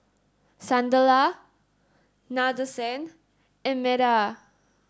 Sunderlal Nadesan and Medha